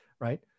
right